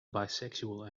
bisexual